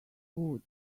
good